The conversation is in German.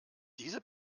diese